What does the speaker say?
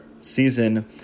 season